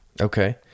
Okay